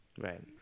Right